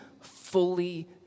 fully